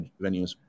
Venues